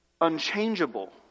unchangeable